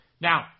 Now